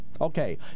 Okay